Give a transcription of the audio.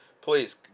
Please